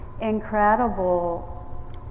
incredible